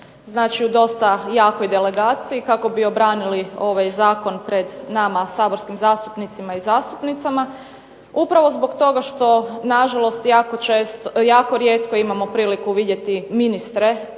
znači u dosta jakoj delegaciji kako bi obranili ovaj zakon pred nama saborskim zastupnicima i zastupnicama, upravo zbog toga što na žalost jako rijetko imamo priliku vidjeti ministre